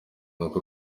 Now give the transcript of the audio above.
urwo